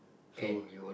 so